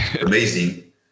amazing